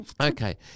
Okay